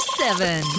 seven